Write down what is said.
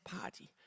party